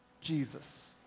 Jesus